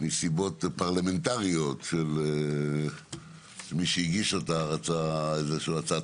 מסיבות פרלמנטריות: שמי שהגיש אותה רצה איזושהי הצעת